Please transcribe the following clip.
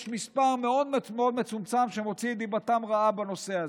יש מספר מאוד מצומצם שמוציא את דיבתם רעה בנושא הזה.